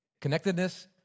Connectedness